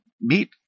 meet